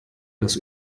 das